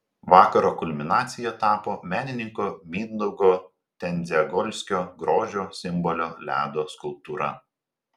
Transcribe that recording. vakaro kulminacija tapo menininko mindaugo tendziagolskio grožio simbolio ledo skulptūra